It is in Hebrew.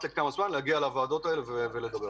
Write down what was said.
לכמה זמן להגיע לוועדות ולדבר על זה.